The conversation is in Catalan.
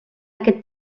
aquest